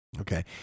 Okay